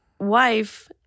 wife